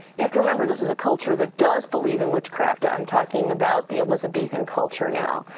you have to remember, this is a culture that does believe in witchcraft i'm talking about the elizabethan culture now.